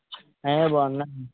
బాగున్నానండి